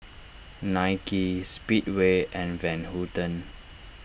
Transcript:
Nike Speedway and Van Houten